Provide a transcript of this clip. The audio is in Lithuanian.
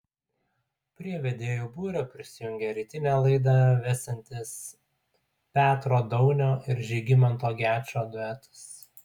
prie vedėjų būrio prisijungė rytinę laidą vesiantis petro daunio ir žygimanto gečo duetas